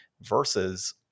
versus